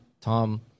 Tom